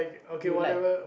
you like